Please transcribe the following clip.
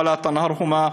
ואל תגער בהם,